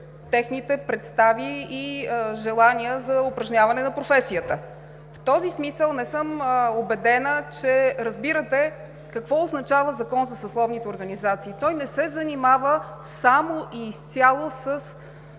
техните представи и желания за упражняване на професията. В този смисъл не съм убедена, че разбирате какво означава Закон за съсловните организации. Той не се занимава само и изцяло с